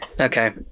Okay